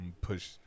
push